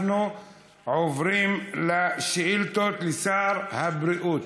אנחנו עוברים לשאילתות לשר הבריאות.